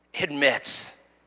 admits